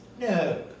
No